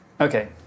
Okay